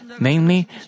Namely